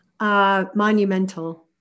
Monumental